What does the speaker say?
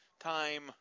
time